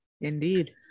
indeed